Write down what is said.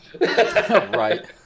Right